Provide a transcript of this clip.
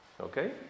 Okay